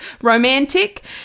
romantic